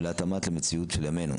ולהתאמתה למציאות של ימינו.